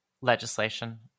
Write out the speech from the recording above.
legislation